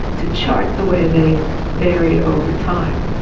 to chart the way they varied over time.